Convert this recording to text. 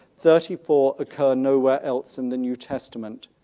thirty four occur nowhere else in the new testament.